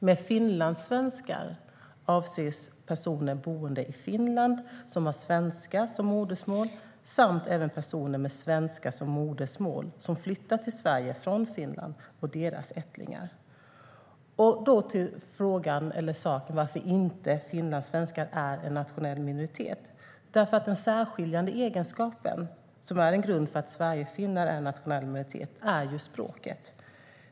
Med finlandssvenskar avses personer boende i Finland som har svenska som modersmål samt även personer med svenska som modersmål som flyttat till Sverige från Finland, liksom deras ättlingar. Då kommer vi till frågan varför finlandssvenskar inte är en nationell minoritet. Det är för att den särskiljande egenskapen, som är en grund för att sverigefinnar är en nationell minoritet, är språket.